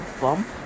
Bump